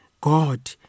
God